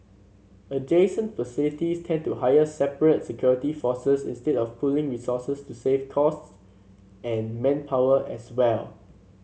adjacent facilities tend to hire separate security forces instead of pooling resources to save costs and manpower as well